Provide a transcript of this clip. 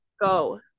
go